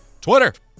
Twitter